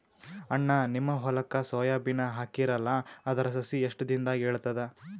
ಅಣ್ಣಾ, ನಿಮ್ಮ ಹೊಲಕ್ಕ ಸೋಯ ಬೀನ ಹಾಕೀರಲಾ, ಅದರ ಸಸಿ ಎಷ್ಟ ದಿಂದಾಗ ಏಳತದ?